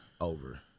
Over